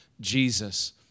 Jesus